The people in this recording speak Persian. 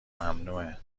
ممنوعه